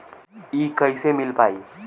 इ कईसे मिल पाई?